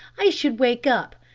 i should wake up.